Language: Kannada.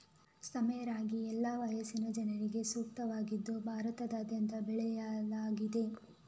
ಸಾಮೆ ರಾಗಿ ಎಲ್ಲಾ ವಯಸ್ಸಿನ ಜನರಿಗೆ ಸೂಕ್ತವಾಗಿದ್ದು ಭಾರತದಾದ್ಯಂತ ಬೆಳೆಯಲಾಗ್ತಿದೆ